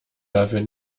dafür